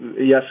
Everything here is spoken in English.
yes